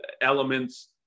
elements